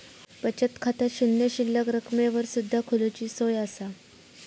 बचत खाता शून्य शिल्लक रकमेवर सुद्धा खोलूची सोया असा